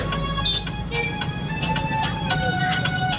ನನ್ನ ಹೆಸರನ್ಯಾಗ ಒಂದು ಖಾತೆ ತೆಗಿಬೇಕ ಅಂದ್ರ ಏನ್ ಮಾಡಬೇಕ್ರಿ?